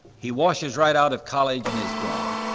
he washes right out of college and is gone,